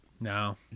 no